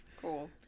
cool